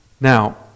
Now